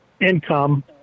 income